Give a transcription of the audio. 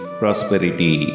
prosperity